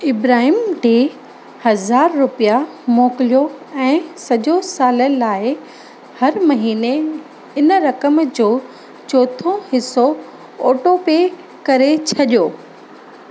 इब्राहिम टे हज़ार रुपिया मोकिलियो ऐं सॼो साल लाइ हर महीने इन रक़म जो चोथों हिसो ऑटोपे करे छॾियो